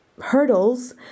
hurdles